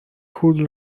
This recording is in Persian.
پول